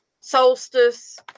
solstice